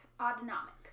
autonomic